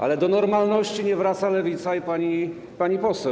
Ale do normalności nie wraca Lewica ani pani poseł.